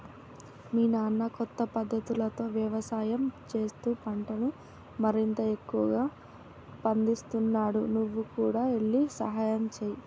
మీ నాన్న కొత్త పద్ధతులతో యవసాయం చేస్తూ పంటను మరింత ఎక్కువగా పందిస్తున్నాడు నువ్వు కూడా ఎల్లి సహాయంచేయి